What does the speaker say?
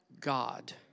God